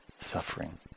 suffering